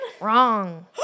Wrong